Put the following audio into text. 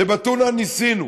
בטונה ניסינו,